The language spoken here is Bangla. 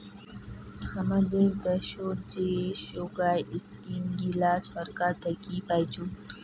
হামাদের দ্যাশোত যে সোগায় ইস্কিম গিলা ছরকার থাকি পাইচুঙ